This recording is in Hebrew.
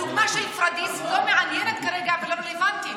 הדוגמה של פוריידיס לא מעניינת כרגע ולא רלוונטית.